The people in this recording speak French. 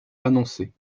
annoncée